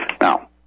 Now